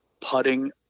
putting